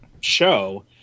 show